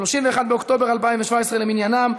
31 באוקטובר 2017 למניינם,